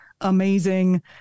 amazing